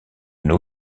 nos